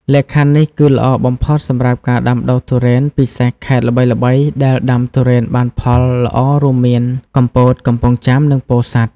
លក្ខខណ្ឌនេះគឺល្អបំផុតសម្រាប់ការដាំដុះទុរេន ពិសេសខេត្តល្បីៗដែលដាំទុរេនបានផលល្អរួមមាន កំពត កំពង់ចាម និងពោធិ៍សាត់។